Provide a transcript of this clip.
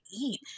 eat